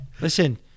Listen